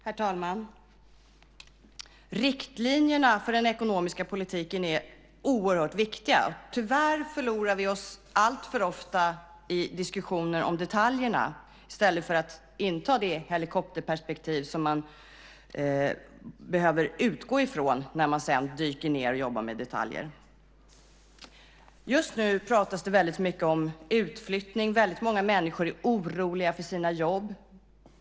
Herr talman! Riktlinjerna för den ekonomiska politiken är oerhört viktiga. Tyvärr förlorar vi oss alltför ofta i diskussioner om detaljerna i stället för att inta det helikopterperspektiv som man behöver utgå från för att sedan dyka ned och jobba med detaljer. Just nu pratas det väldigt mycket om utflyttning. Väldigt många människor är oroliga för sina jobb.